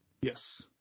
Yes